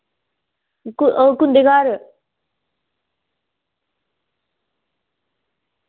ओह् कुंदै घर